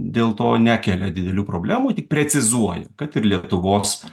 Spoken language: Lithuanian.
dėl to nekelia didelių problemų tik precizuoja kad ir lietuvos